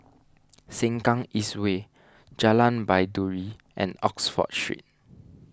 Sengkang East Way Jalan Baiduri and Oxford Street